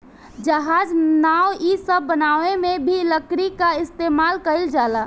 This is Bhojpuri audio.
जहाज, नाव इ सब बनावे मे भी लकड़ी क इस्तमाल कइल जाला